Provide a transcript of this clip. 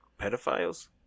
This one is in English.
pedophiles